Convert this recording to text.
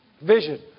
vision